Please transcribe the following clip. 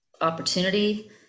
opportunity